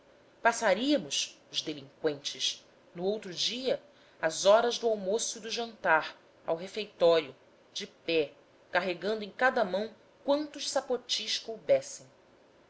passaríamos os delinqüentes no outro dia as horas do almoço e do jantar ao refeitório de pé carregando em cada mão quantos sapotis coubessem